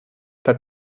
bei